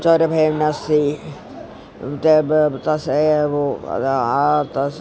चोरभयं नास्ति ते तस्य एव् अधः आतस्